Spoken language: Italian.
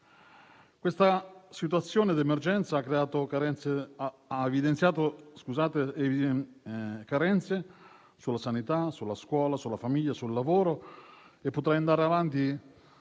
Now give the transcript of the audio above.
Questa situazione di emergenza ha evidenziato carenze nella sanità, nella scuola, nella famiglia, nel lavoro e potrei andare avanti